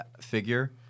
figure